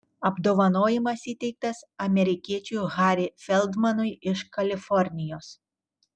apdovanojimas įteiktas amerikiečiui harry feldmanui iš kalifornijos